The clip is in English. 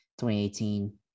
2018